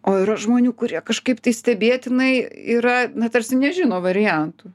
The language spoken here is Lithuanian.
o yra žmonių kurie kažkaip stebėtinai yra na tarsi nežino variantų